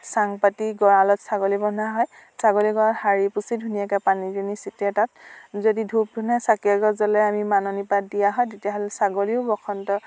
চাং পাতি গঁৰালত ছাগলী বন্ধা হয় ছাগলী গঁৰাল সাৰি পুচি ধুনীয়াকে পানী দুনী ছেটিয়াই তাত যদি ধূপ ধূনা চাকি এগজ জ্বলাই আমি মাননি পাত দিয়া হয় তেতিয়াহ'লে ছাগলীও বসন্ত